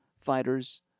fighters